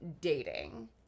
dating